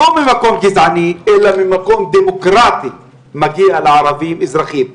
לא ממקום גזעני אלא ממקום דמוקרטי מגיע לאזרחים הערבים.